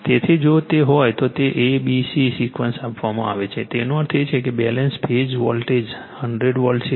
તેથી જો તે હોય તો તેને a c b સિકવન્સ આપવામાં આવે છે તેનો અર્થ એ કે બેલેન્સ ફેઝ વોલ્ટેજ 100 વોલ્ટ છે